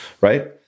right